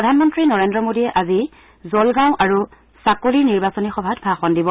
প্ৰধানমন্নী নৰেন্দ্ৰ মোডীয়ে আজি জলগাঁও আৰু চাকলিৰ নিৰ্বাচনী সভাত ভাষণ দিব